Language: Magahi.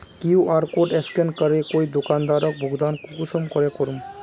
कियु.आर कोड स्कैन करे कोई दुकानदारोक भुगतान कुंसम करे करूम?